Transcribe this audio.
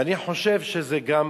ואני חושב שזה שגם